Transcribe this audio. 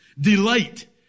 delight